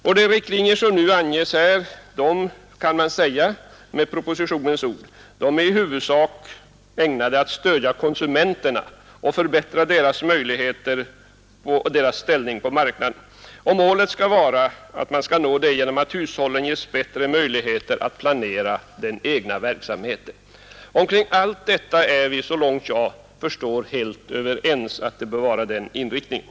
Om de riktlinjer som anges här kan man säga med propositionens ord, att de är i huvudsak ägnade att ”stödja konsumenterna och förbättra deras ställning på marknaden”. Detta mål anses i första hand kunna nås ”genom att hushållen ges bättre möjlighet att planera den egna verksamheten”. Vi är, så långt jag förstår, helt överens om den inriktningen.